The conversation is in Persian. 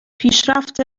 پیشرفت